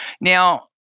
Now